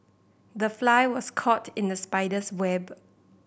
the fly was caught in the spider's web